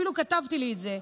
אפילו כתבתי לי את זה,